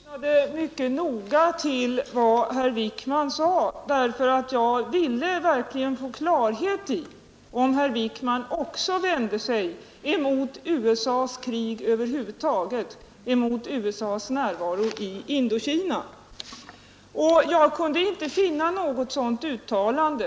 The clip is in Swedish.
Herr talman! Jag lyssnade mycket noga på vad herr Wijkman sade, därför att jag verkligen ville få klarhet i om herr Wijkman också vände sig emot USA:s krig över huvud taget och emot USA:s närvaro i Indokina. Jag kunde inte finna något sådant uttalande.